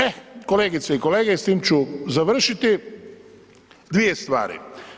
Eh, kolegice i kolege s tim ću završiti, dvije stvari.